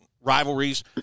rivalries